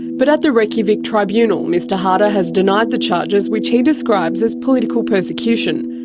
but at the reykjavik tribunal, mr haarde ah has denied the charges which he describes as political persecution.